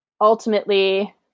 ultimately